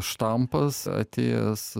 štampas atėjęs